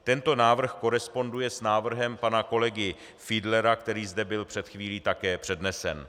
Tento návrh koresponduje s návrhem pana kolegy Fiedlera, který zde byl před chvílí také přednesen.